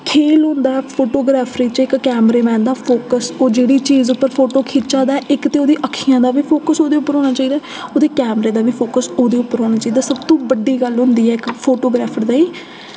खेल होंदा फोटोग्राफ्री च इक कैमरेमैन दा फोकस ओह् जेह्ड़ी चीज उप्पर फोटो खिच्चा दा ऐ इक ते उदी अक्खियां दा बी फोकस उदे उप्पर होना चाहिदा ऐ उदे कैमरे दा बी फोकस उदे उप्पर होना चाहिदा सब तो बड्डी गल्ल होंदी ऐ इक फोटोग्राफर ताईं